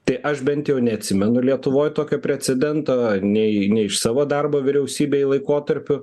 tai aš bent jau neatsimenu lietuvoj tokio precedento nei nei iš savo darbo vyriausybėj laikotarpiu